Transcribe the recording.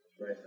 right